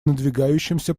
надвигающимся